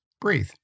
breathe